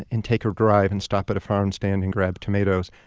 and take a drive, and stop at a farm stand and grab tomatoes.